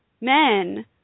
men